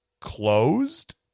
closed